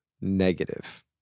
negative